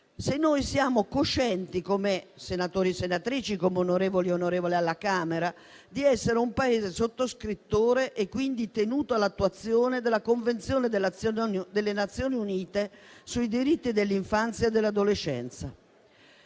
se siamo coscienti, come senatori e senatrici e come onorevoli alla Camera, di essere un Paese sottoscrittore e quindi tenuto all'attuazione della Convenzione delle Nazioni Unite sui diritti dell'infanzia e dell'adolescenza.